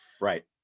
right